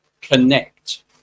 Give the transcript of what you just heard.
Connect